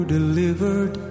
delivered